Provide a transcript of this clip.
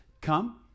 come